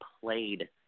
played